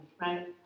right